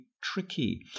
tricky